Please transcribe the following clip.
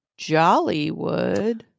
Jollywood